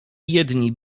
jedni